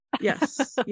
Yes